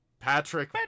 Patrick